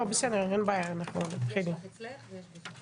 זה אירוע חשוב מאוד, בעיקר בימים אלה אבל בכלל.